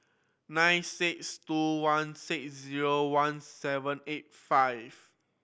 nine six two one six zero one seven eight five